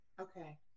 Okay